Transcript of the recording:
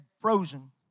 frozen